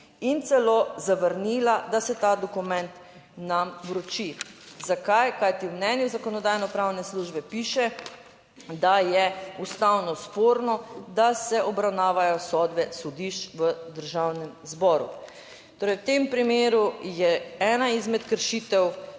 in celo zavrnila, da se ta dokument nam vroči. Zakaj? Kajti, v mnenju Zakonodajnopravne službe piše, da je ustavno sporno, da se obravnavajo sodbe sodišč v Državnem zboru. Torej, v tem primeru je ena izmed kršitev,